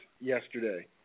yesterday